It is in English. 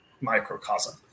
Microcosm